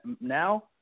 now